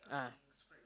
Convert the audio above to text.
ah